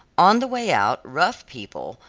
on the way out rough people,